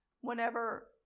whenever